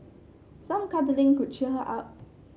some cuddling could cheer her up